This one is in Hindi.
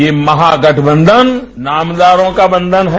ये महागठबंधन नामदारों का बंधन है